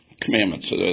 commandments